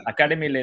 Academy